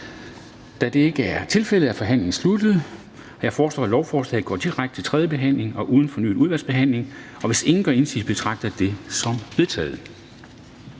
Da det ikke er tilfældet, er forhandlingen sluttet. Jeg foreslår, at lovforslaget går direkte til tredjebehandling uden fornyet udvalgsbehandling. Hvis ingen gør indsigelse, betragter jeg det som vedtaget.